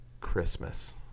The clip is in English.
Christmas